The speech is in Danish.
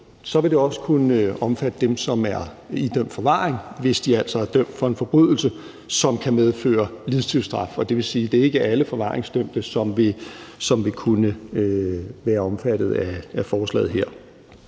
Så vil det også kunne omfatte dem, der er idømt forvaring, hvis de altså er dømt for en forbrydelse, som kan medføre livstidsstraf. Det vil sige, at det ikke er alle forvaringsdømte, der vil kunne være omfattet af forslaget her.